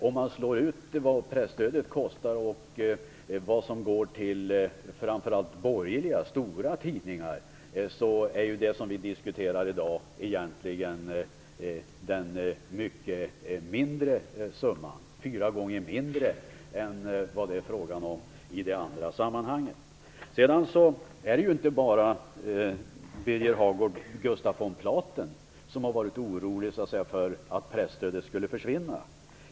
Om man jämför vad presstödet kostar och vad som går till framför allt borgerliga stora tidningar är det vi diskuterar i dag egentligen den mycket mindre summan. Den är fyra gånger mindre än vad det är frågan om i det andra sammanhanget. Det är inte bara Gustaf von Platen som har varit orolig för att presstödet skulle försvinna, Birger Hagård.